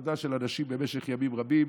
עבודה של אנשים במשך ימים רבים.